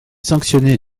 sanctionné